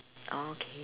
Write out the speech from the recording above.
okay